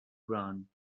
brown